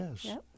Yes